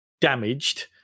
damaged